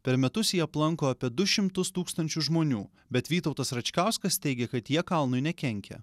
per metus jį aplanko apie du šimtus tūkstančių žmonių bet vytautas račkauskas teigia kad jie kalnui nekenkia